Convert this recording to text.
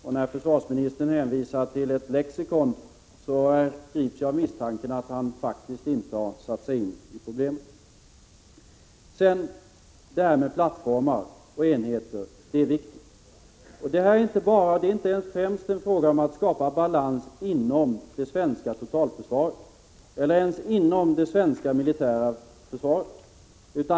Och när försvarsministern hänvisar till ett lexikon, grips jag av misstanken att han inte har satt sig in i problemet. Detta med plattformar och enheter är viktigt. Det är inte bara, och inte ens främst, fråga om att skapa balans inom det svenska totalförsvaret — eller över huvud taget inom det svenska militära försvaret.